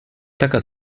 taka